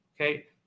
okay